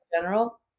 general